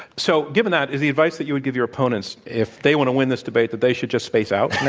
so, given that, is the advice that you would give your opponents tonight, if they want to win this debate, that they should just space out now